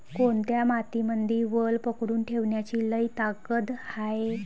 कोनत्या मातीमंदी वल पकडून ठेवण्याची लई ताकद हाये?